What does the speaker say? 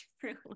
true